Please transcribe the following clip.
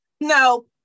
No